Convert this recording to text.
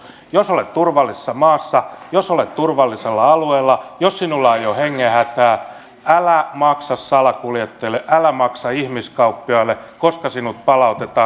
jos olet turvallisessa maassa jos olet turvallisella alueella jos sinulla ei ole hengenhätää älä maksa salakuljettajille älä maksa ihmiskauppiaille koska sinut palautetaan